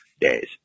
days